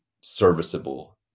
serviceable